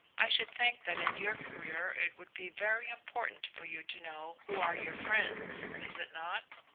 i should think that in your career it would be very important for you to know who are your friends. is it not?